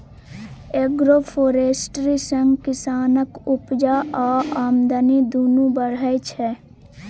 agroforestry सँ किसानक उपजा आ आमदनी दुनु बढ़य छै